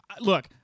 look